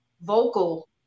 vocal